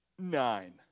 Nine